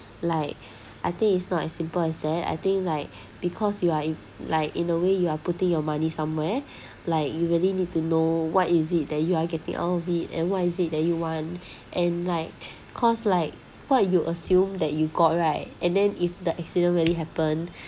like I think it's not as simple as that I think like because you are i~ like in a way you are putting your money somewhere like you really need to know what is it that you are getting out of it and what is it that you want and like cause like what you assume that you got right and then if the accident really happened